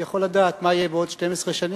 יכול לדעת מה יהיה בעוד 12 שנים,